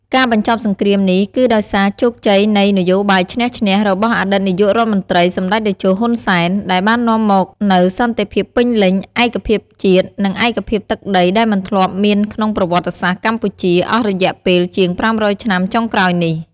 ការបញ្ចប់សង្គ្រាមនេះគឺដោយសារជោគជ័យនៃ នយោបាយឈ្នះ-ឈ្នះ របស់អតីតនាយករដ្ឋមន្ត្រី សម្ដេចតេជោ ហ៊ុន សែន ដែលបាននាំមកនូវសន្តិភាពពេញលេញ ឯកភាពជាតិ និងឯកភាពទឹកដីដែលមិនធ្លាប់មានក្នុងប្រវត្តិសាស្ត្រកម្ពុជា អស់រយៈពេលជាង ៥០០ ឆ្នាំចុងក្រោយនេះ។